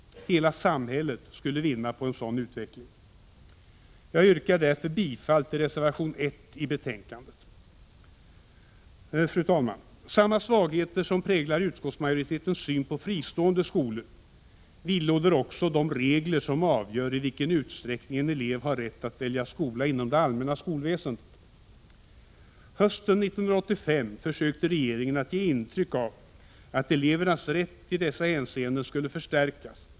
Hela samhället skulle vinna på en sådan utveckling. Jag yrkar därför bifall till reservation 1 till betänkandet. Fru talman! Samma svagheter som präglar utskottsmajoritetens syn på fristående skolor vidlåder också de regler som avgör i vilken utsträckning en elev har rätt att välja skola inom det allmänna skolväsendet. Hösten 1985 försökte regeringen att ge intryck av att elevernas rätt i dessa hänseenden skulle förstärkas.